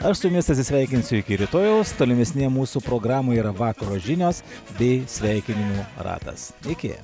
aš su jumis atsisveikinsiu iki rytojaus tolimesnėje mūsų programoje yra vakaro žinios bei sveikinimų ratas iki